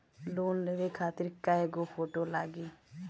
Loan लेवे खातिर कै गो फोटो लागी?